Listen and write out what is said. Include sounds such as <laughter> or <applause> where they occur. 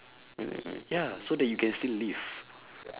<noise> ya so that you can still live